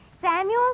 Samuel